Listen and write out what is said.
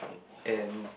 and